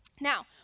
Now